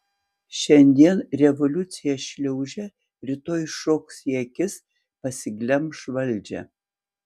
šiandien revoliucija šliaužia rytoj šoks į akis pasiglemš valdžią